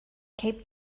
cape